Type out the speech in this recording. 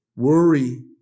worry